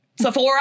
sephora